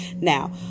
now